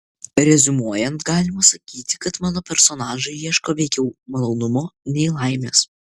reziumuojant galima sakyti kad mano personažai ieško veikiau malonumo nei laimės